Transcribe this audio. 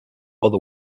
nor